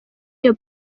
iyo